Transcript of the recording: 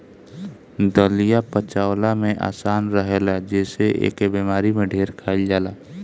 दलिया पचवला में आसान रहेला जेसे एके बेमारी में ढेर खाइल जाला